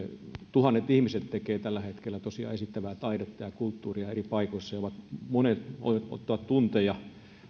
tuhannet ihmiset tekevät tällä hetkellä tosiaan esittävää taidetta ja kulttuuria eri paikoissa monet heistä voivat ottaa tunteja